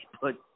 put